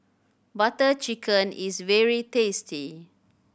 Butter Chicken is very tasty